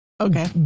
okay